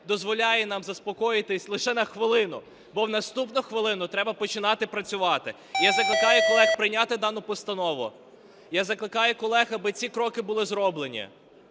дозволяє нам заспокоїтись лише на хвилину, бо в наступну хвилину треба починати працювати. Я закликаю колег прийняти дану постанову. Я закликаю колег, аби ці кроки були зроблені.